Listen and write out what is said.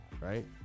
right